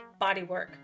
bodywork